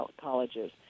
colleges